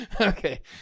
Okay